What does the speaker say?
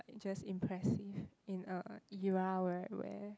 just impressive in a era where where